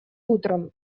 утром